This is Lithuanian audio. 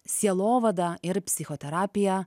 sielovadą ir psichoterapiją